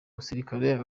musirikare